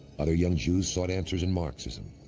other young jews sought answers in marxism,